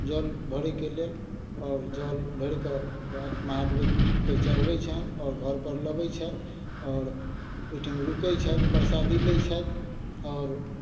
जल भरयके लेल आओर जल भरिके महादेवके चढ़बय छनि आओर घरपर लबय छथि आओर ओइठाम रुकय छथि प्रसादी लै छथि आओर